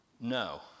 No